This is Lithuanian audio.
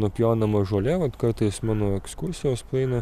nupjaunama žolė vat kartais mano ekskursijos praeina